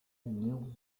knew